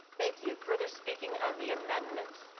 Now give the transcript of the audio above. thank you. further speaking on the amendment.